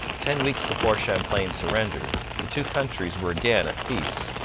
ten weeks before champlain surrendered, the two countries were again at peace,